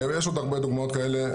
יש עוד הרבה דוגמאות כאלה,